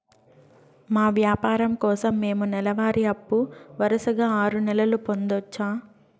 మా వ్యాపారం కోసం మేము నెల వారి అప్పు వరుసగా ఆరు నెలలు పొందొచ్చా?